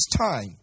time